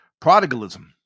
prodigalism